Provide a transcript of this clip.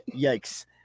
Yikes